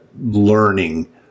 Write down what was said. learning